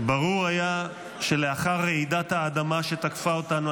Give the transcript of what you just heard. "ברור היה שלאחר 'רעידת האדמה' שתקפה אותנו"